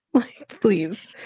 Please